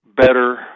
better